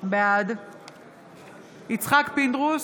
בעד יצחק פינדרוס,